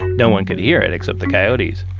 no one could hear it except the coyotes.